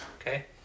Okay